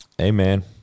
Amen